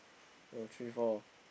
oh three four